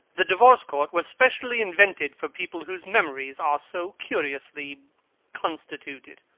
the divorce court was specially invented for people whose memories are so curiously constituted.